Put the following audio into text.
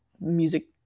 music